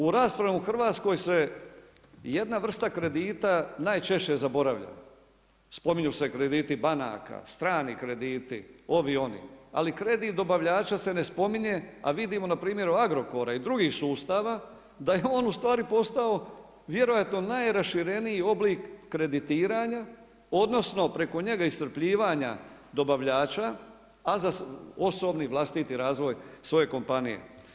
U raspravi u Hrvatskoj se, jedna vrsta kredita najčešće zaboravlja, spominju se krediti banaka, strani krediti, ovi, oni, ali kredit dobavljača se ne spominje a vidimo na primjeru Agrokora i drugih sustava da je on u stvari postao vjerojatno najrašireniji oblik kreditiranja, odnosno preko njega iscrpljivanja dobavljača, a za osobni, vlastiti razvoj svoje kompanije.